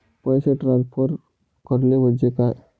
पैसे ट्रान्सफर करणे म्हणजे काय?